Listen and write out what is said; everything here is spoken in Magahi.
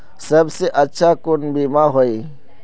सबसे अच्छा कुन बिमा होय?